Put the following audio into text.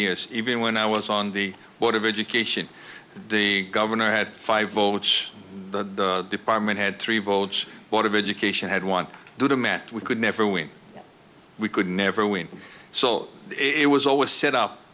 years even when i was on the board of education the governor had five votes the department had three votes one of education had one do the math we could never win we could never win so it was always set up